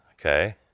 Okay